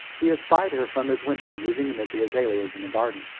he espied her from his window moving amid the azaleas in the garden.